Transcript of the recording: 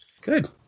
Good